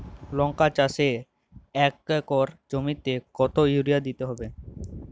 লংকা চাষে এক একর জমিতে কতো ইউরিয়া দিতে হবে?